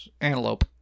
antelope